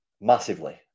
Massively